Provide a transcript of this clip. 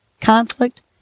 conflict